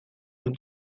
dut